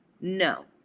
no